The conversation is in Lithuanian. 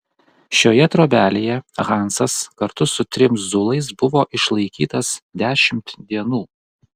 šioje trobelėje hansas kartu su trim zulais buvo išlaikytas dešimt dienų